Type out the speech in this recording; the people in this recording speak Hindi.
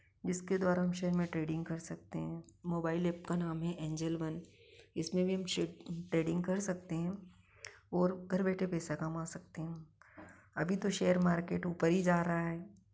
जिसके द्वारा हम शेयर में ट्रेडिंग कर सकते हैं मोबाइल ऐप का नाम है एंजेल वन इसमें भी हम शे ट्रेडिंग कर सकते हैं और घर बैठे पैसा कमा सकते हैं अभी तो शेयर मार्केट ऊपर ही जा रहा है